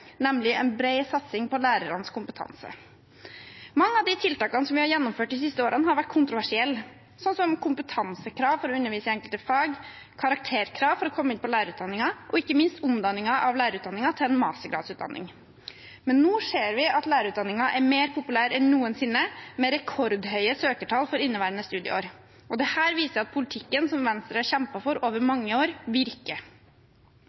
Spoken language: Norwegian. nemlig en bred satsing på lærernes kompetanse. Mange av tiltakene vi har gjennomført de siste årene, har vært kontroversielle, slik som kompetansekrav for å undervise i enkelte fag, karakterkrav for å komme inn på lærerutdanningen og ikke minst omdanningen av lærerutdanningen til en mastergradsutdanning. Men nå ser vi at lærerutdanningen er mer populær enn noensinne, med rekordhøye søkertall for inneværende studieår. Dette viser at politikken Venstre har kjempet for over